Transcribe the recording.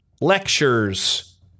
lectures